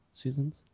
seasons